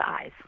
eyes